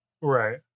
right